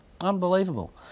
Unbelievable